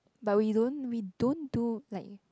but we don't we don't do like